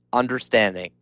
understanding,